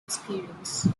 experience